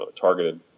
targeted